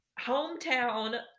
hometown